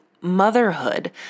motherhood